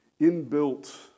inbuilt